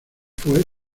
fue